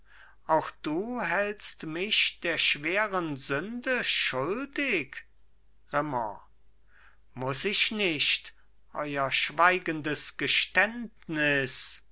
auch du hältst mich der schweren sünde schuldig raimond muß ich nicht euer schweigendes geständnis